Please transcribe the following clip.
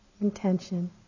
intention